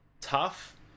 Tough